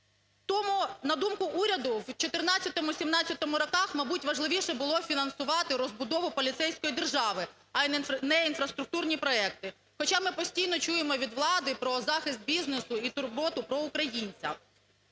Тому, на думку уряду, в 14-17-му роках, мабуть, важливіше було фінансувати розбудову поліцейської держави, а не інфраструктурні проекти. Хоча ми постійно чуємо від влади про захист бізнесу і турботу про українця.